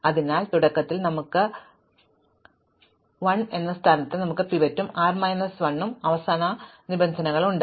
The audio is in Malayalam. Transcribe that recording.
അതിനാൽ തുടക്കത്തിൽ നമുക്ക് l എന്ന സ്ഥാനത്താണ് നമുക്ക് ആ പിവറ്റും r മൈനസ് 1 ഉം അവസാന നിബന്ധനകളുണ്ട്